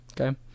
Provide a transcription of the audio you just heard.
Okay